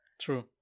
True